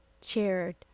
chaired